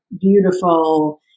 beautiful